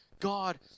God